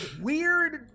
weird